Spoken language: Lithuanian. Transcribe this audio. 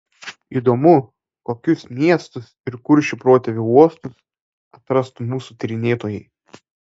įdomu kokius miestus ir kuršių protėvių uostus atrastų mūsų tyrinėtojai